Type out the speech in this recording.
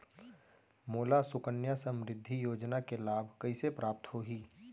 मोला सुकन्या समृद्धि योजना के लाभ कइसे प्राप्त होही?